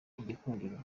igikundiro